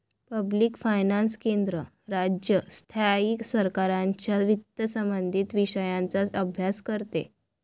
public finance केंद्र, राज्य, स्थायी सरकारांच्या वित्तसंबंधित विषयांचा अभ्यास करते